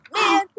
man